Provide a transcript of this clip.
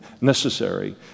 necessary